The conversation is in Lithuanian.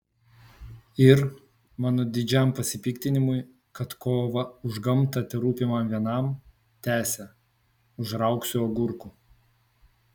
ir mano didžiam pasipiktinimui kad kova už gamtą terūpi man vienam tęsė užraugsiu agurkų